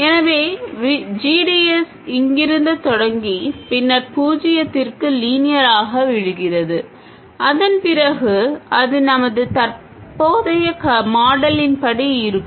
எனவே g d s இங்கிருந்து தொடங்கி பின்னர் பூஜ்ஜியத்திற்கு லீனியராக விழுகிறது அதன்பிறகு அது நமது தற்போதைய மாடலின் படி இருக்கும்